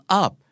up